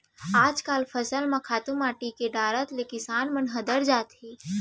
आजकल फसल म खातू माटी के डारत ले किसान मन हदर जाथें